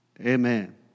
Amen